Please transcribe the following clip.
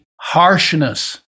harshness